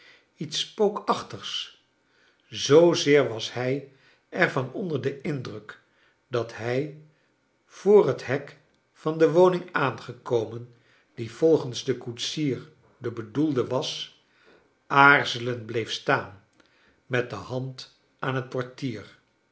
iets spookachtigs zoozeer was hij er van onder den indruk dat hij voor het hek van de woning aangekomen die volgens den koetsier de bedoelde was aarzelend bleef staan met de hand aan het portier